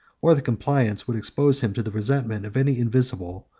or the compliance, would expose him to the resentment of any invisible,